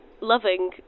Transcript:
loving